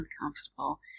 uncomfortable